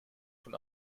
von